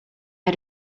had